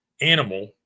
animal